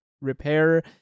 repair